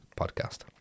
podcast